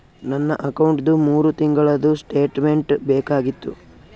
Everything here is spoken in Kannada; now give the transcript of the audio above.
ನನ್ನ ಅಕೌಂಟ್ದು ಮೂರು ತಿಂಗಳದು ಸ್ಟೇಟ್ಮೆಂಟ್ ಬೇಕಾಗಿತ್ತು?